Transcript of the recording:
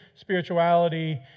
spirituality